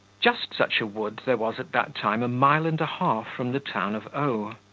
just such a wood there was at that time a mile and a half from the town of o.